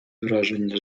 враження